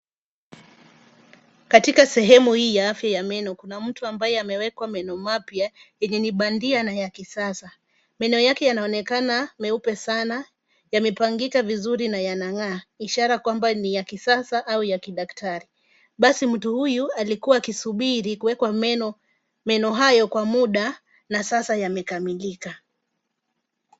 Katika sehemu hii ya afya ya meno, kuna mtu ambaye amewekwa meno mapya yenye ni bandia na ya kisasa. Meno yake yanaonekana meupe sana, yamepangika vizuri na yanang'aa, ishara kwamba ni ya kisasa au ya kidaktari. Basi mtu huyu alikuwa akisubiri kuwekwa meno hayo kwa muda na sasa yamekamilika.